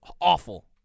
Awful